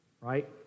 right